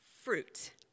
Fruit